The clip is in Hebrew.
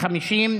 50,